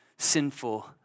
sinful